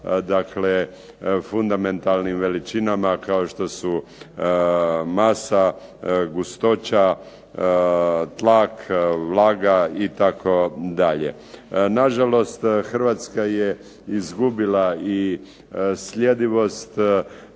dakle fundamentalnim veličinama kao što su masa, gustoća, tlak, vlaga itd. Na žalost Hrvatska je izgubila i sljedivost